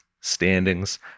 standings